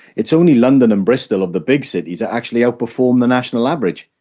it's only london and bristol of the big cities that actually outperform the national average.